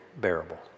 bearable